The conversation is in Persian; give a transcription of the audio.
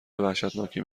وحشتناکی